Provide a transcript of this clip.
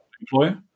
employer